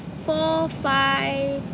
four five